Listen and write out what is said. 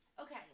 Okay